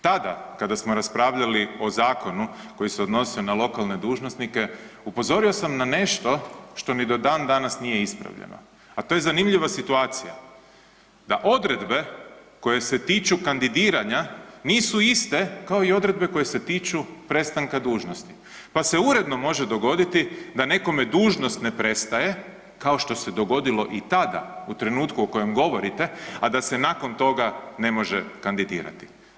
Tada kada smo raspravljali o zakonu koji se odnosio na lokalne dužnosnike upozorio sam na nešto što ni do danas nije ispravljeno, a to je zanimljiva situacija da odredbe koje se tiču kandidiranja nisu iste kao i odredbe koje se tiču prestanka dužnosti, pa se uredno može dogoditi da nekome dužnost ne prestaje kao što se dogodilo i tada u trenutku o kojem govorite, a da se nakon toga ne može kandidirati.